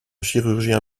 chirurgien